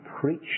preach